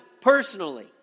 personally